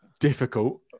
difficult